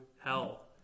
hell